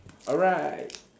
all right